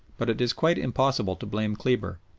but it is quite impossible to blame kleber.